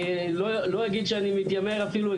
אני לא אגיד שאני מתיימר אפילו,